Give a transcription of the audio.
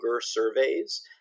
surveys